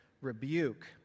rebuke